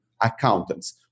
accountants